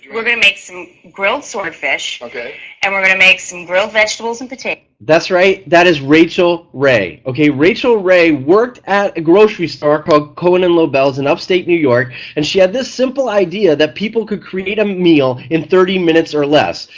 we're going to make some grilled swordfish and we're going to make some grilled vegetable and potato. that's right that is rachel ray. okay rachel ray worked at a grocery store called cowan and lobel's in upstate new york and she had this simple idea that people could create a meal in thirty minutes or less.